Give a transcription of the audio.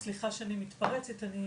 העניין הוא שסליחה שאני מתפרצת, אני